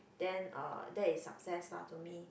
then uh that is success lah to me